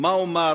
מה אומר